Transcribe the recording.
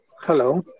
Hello